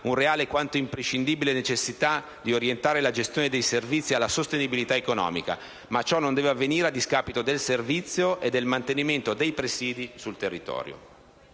una reale quanto imprescindibile necessità di orientare la gestione dei servizi alla sostenibilità economica, ma ciò non deve avvenire a discapito del servizio e del mantenimento dei presidi sul territorio.